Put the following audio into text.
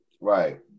right